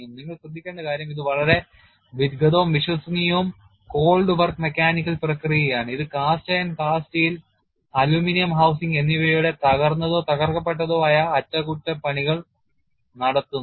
നിങ്ങൾ ശ്രദ്ധിക്കേണ്ട കാര്യം ഇത് വളരെ വിദഗ്ദ്ധവും വിശ്വസനീയവും cold work മെക്കാനിക്കൽ പ്രക്രിയയാണ് ഇത് cast iron cast steel aluminium housing എന്നിവയുടെ തകർന്നതോ തകർക്കപ്പെട്ടതോ ആയ അറ്റകുറ്റപ്പണികൾ നടത്തുന്നു